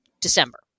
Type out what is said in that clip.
December